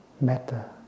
matter